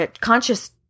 conscious